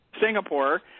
Singapore